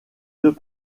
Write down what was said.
deux